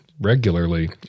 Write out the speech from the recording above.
regularly